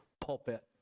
pulpit